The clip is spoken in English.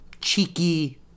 cheeky